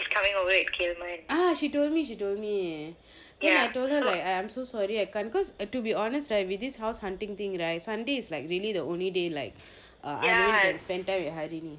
ah she told me she told me then I told her like I'm so sorry I can't because to be honest with this house hunting thing right sunday is like really the only day like I can spend time with harini